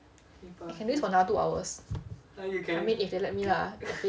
I can do this for another two hours